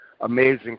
amazing